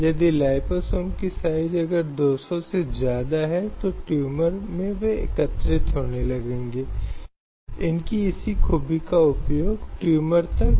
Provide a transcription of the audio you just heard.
जैसा कि हमने व्यावसायिक यौन शोषण के रूप में कहा देवदासी की यह प्रणाली जो अभी भी देश के कुछ हिस्सों में मौजूद है